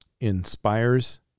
inspires